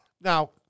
now